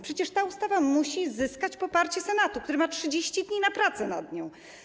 Przecież ta ustawa musi zyskać poparcie Senatu, który ma 30 dni na pracę nad nią.